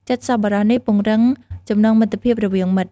ចិត្តសប្បុរសនេះពង្រឹងចំណងមិត្តភាពរវាងមិត្ត។